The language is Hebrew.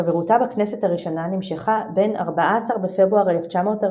חברותה בכנסת הראשונה נמשכה בין 14 בפברואר 1949